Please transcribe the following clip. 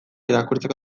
irakurtzeko